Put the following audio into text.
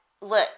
look